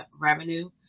revenue